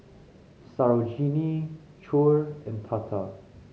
Sarojini Choor and Tata